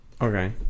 Okay